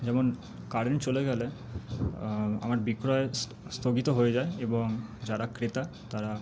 যেমন কারেন্ট চলে গেলে আমার বিক্রয় স্থগিত হয়ে যায় এবং যারা ক্রেতা তারা